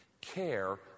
Care